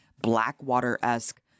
Blackwater-esque